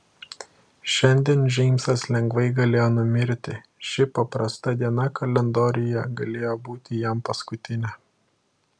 šiandien džeimsas lengvai galėjo numirti ši paprasta diena kalendoriuje galėjo būti jam paskutinė